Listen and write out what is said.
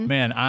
Man